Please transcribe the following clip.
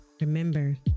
Remember